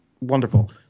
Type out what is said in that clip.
Wonderful